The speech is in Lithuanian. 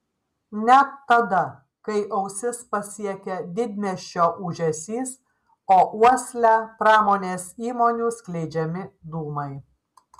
net tada kai ausis pasiekia didmiesčio ūžesys o uoslę pramonės įmonių skleidžiami dūmai